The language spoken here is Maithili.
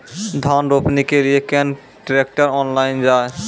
धान रोपनी के लिए केन ट्रैक्टर ऑनलाइन जाए?